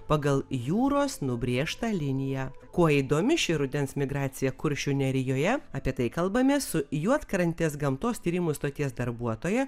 pagal jūros nubrėžtą liniją kuo įdomi ši rudens migracija kuršių nerijoje apie tai kalbamės su juodkrantės gamtos tyrimų stoties darbuotoja